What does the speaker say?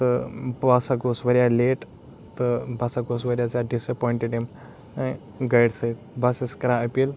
تہٕ بہٕ ہَسا گوس واریاہ لیٹ تہٕ بہٕ ہَسا گوس واریاہ زیادٕ ڈِسایٚپونٹِڈ امہِ گاڑِ سۭتۍ بہٕ ہَسا چھُس کَران أپیٖل